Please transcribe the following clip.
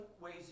ways